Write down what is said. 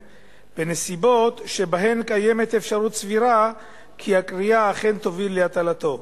בנסיבות שבהן קיימת אפשרות סבירה כי הקריאה אכן תוביל להטלתו.